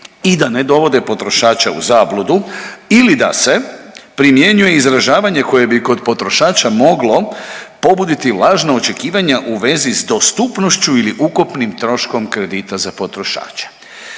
i da ne dovode potrošače u zabludu ili da se primjenjuje izražavanje koje bi kod potrošača moglo pobuditi lažna očekivanja u vezi s dostupnošću ili ukupnim troškom kredita za potrošače.